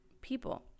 people